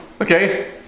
Okay